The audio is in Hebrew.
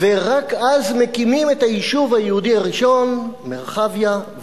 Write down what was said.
ורק אז מקימים את היישוב היהודי הראשון, מרחביה.